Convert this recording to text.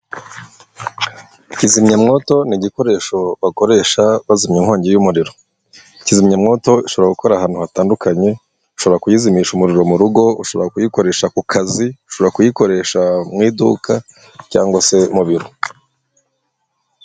Kizimyamwoto ni igikoresho bakoresha bazimya inkongi y'umuriro kizimyamwoto ishobora gukora ahantu hatandukanye ushobora kuyizimisha umuriro mu rugo, ushobora kuyikoresha ku kazi, ushobora kuyikoresha mu iduka cyangwa se mu biro.